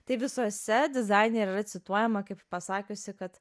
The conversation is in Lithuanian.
tai visuose dizainerė yra cituojama kaip pasakiusi kad